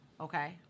Okay